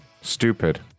Stupid